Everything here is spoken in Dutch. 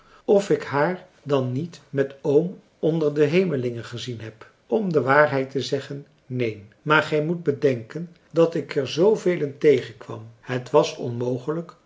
of ik haar dan niet met oom onder den hemelingen gezien heb om de waarheid te zeggen neen maar gij moet bedenken dat ik er zoovelen tegenkwam het was onmogelijk